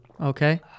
Okay